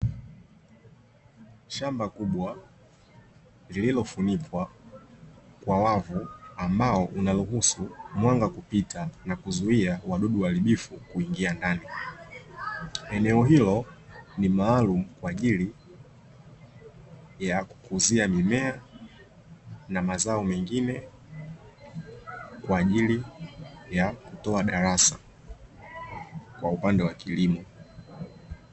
Shamba kubwa lililofunikwa kwa wavu ambao unaruhusu mwanga kupita na kuzuia wadudu waharibifu kuingia ndani. Eneo hilo ni maalum kwa ajili ya kukuzia mimea na mazao mengine kwa ajili ya kutoa darasa kwa upande wa kilimo.